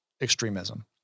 extremism